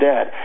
Dad